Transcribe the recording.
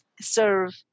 serve